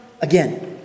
again